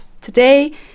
today